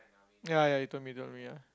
ya ya you told told me ya